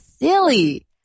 silly